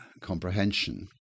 comprehension